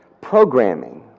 Programming